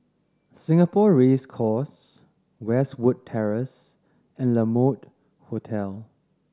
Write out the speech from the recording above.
Singapore Race Course Westwood Terrace and La Mode Hotel